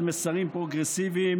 של מסרים פרוגרסיביים,